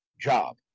job